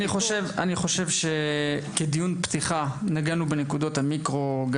אני חושב שכדיון פתיחה נגענו גם בנקודות המיקרו.